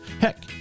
Heck